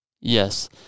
Yes